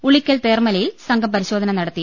ഉളിക്കൽ തേർമലയിൽ സംഘം പരിശോധന നടത്തി